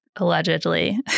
Allegedly